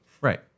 Right